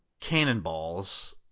cannonballs